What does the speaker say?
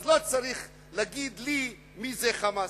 אז לא צריך להגיד לי מי זה "חמאס".